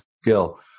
skill